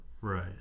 Right